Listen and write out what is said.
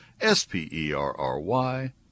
S-P-E-R-R-Y